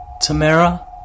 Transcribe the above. Tamara